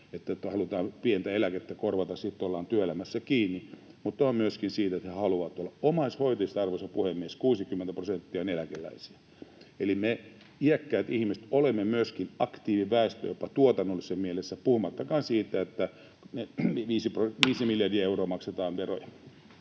että halutaan pientä eläkettä korvata ja sitten ollaan työelämässä kiinni, mutta on myöskin sitä, että he haluavat olla. Omaishoitajista, arvoisa puhemies, 60 prosenttia on eläkeläisiä. Eli me iäkkäät ihmiset olemme myöskin aktiiviväestöä jopa tuotannollisessa mielessä, puhumattakaan siitä, että me 5 miljardia euroa maksetaan veroja.